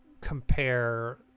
compare